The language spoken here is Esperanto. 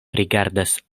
rigardas